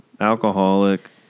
Alcoholic